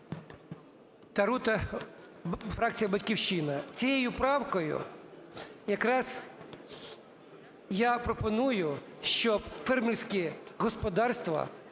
Тарута, фракція "Батьківщина". Цією правкою якраз я пропоную, щоб фермерські господарства